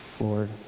Lord